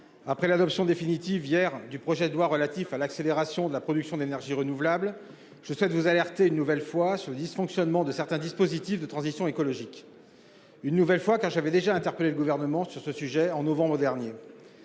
Après l'adoption définitive, hier, du projet de loi relatif à l'accélération de la production d'énergies renouvelables, je souhaite alerter, une nouvelle fois, le Gouvernement sur les dysfonctionnements de certains dispositifs de transition écologique. Une nouvelle fois, car je l'avais déjà interpellé sur ce sujet en novembre dernier.